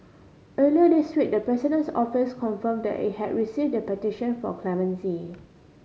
earlier this week the President's Office confirmed that it had received the petition for clemency